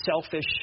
selfish